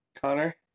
Connor